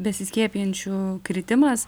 besiskiepijančių kritimas